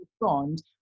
respond